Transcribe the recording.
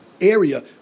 area